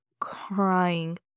crying